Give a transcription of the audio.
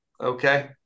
Okay